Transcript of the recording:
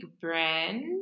brand